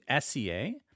SEA